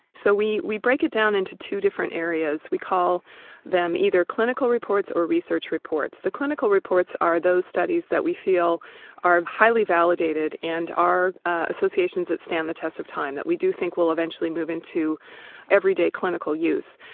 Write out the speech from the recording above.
so we we break it down into two different areas, we call them either clinical reports or research reports. the clinical reports are those studies that we feel are highly validated and are associations that stand the test of time, that we do think we'll eventually move into everyday clinical use.